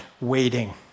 waiting